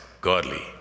godly